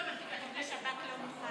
נא לשבת במקומותיכם.